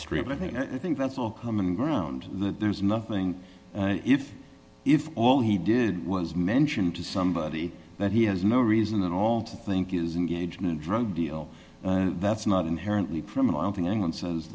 street i think that's all common ground that there is nothing if if all he did was mention to somebody that he has no reason at all to think is engaged in a drug deal that's not inherently criminal i don't think anyone says